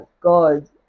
god